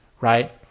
right